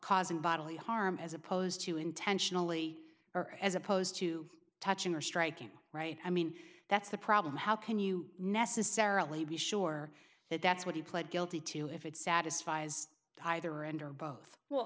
causing bodily harm as opposed to intentionally or as opposed to touching or striking right i mean that's the problem how can you necessarily be sure that that's what he pled guilty to if it satisfies either and or both will